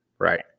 Right